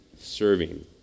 serving